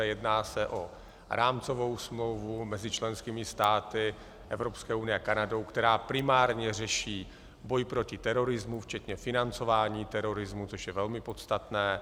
Jedná se o rámcovou smlouvu mezi členskými státy Evropské unie a Kanadou, která primárně řeší boj proti terorismu včetně financování terorismu, což je velmi podstatné.